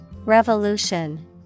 revolution